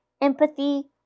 empathy